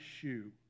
shoe